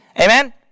Amen